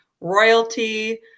royalty